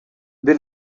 бир